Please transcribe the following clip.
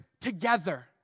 together